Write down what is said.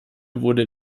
wurde